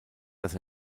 dass